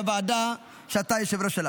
בוועדה שאתה היושב-ראש שלה.